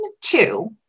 two